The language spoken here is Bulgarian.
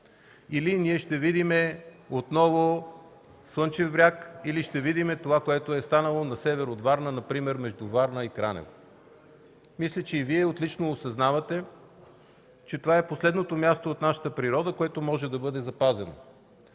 или ние ще видим отново „Слънчев бряг”, или ще видим това, което е станало на север от Варна, например между Варна и Кранево? Мисля, че и Вие отлично съзнавате, че това е последното място от нашата природа, което може да бъде запазено